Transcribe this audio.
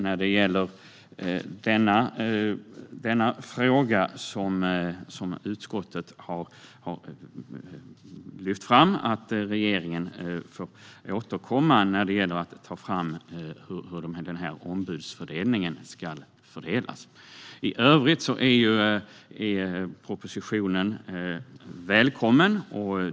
När det gäller denna fråga har utskottet lyft fram att regeringen får återkomma om hur denna ombudsfördelning ska ske. I övrigt är propositionen välkommen.